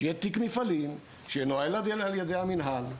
שיהיה תיק מפעלים שינוהל על ידי המינהל.